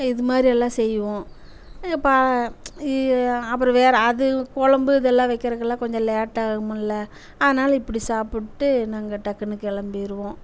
இதுமாதிரியெல்லாம் செய்வோம் பா அப்புறம் வேறு அது கொழம்பு இதெல்லாம் வைக்கிறதுக்கெல்லாம் கொஞ்சம் லேட்டாக ஆகுமில்லை அதனால் இப்படி சாப்பிட்டு நாங்கள் டக்குனு கிளம்பிருவோம்